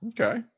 Okay